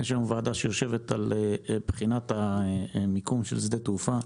יש היום ועדה שיושבת על מיקום של שדה תעופה.